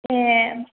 ए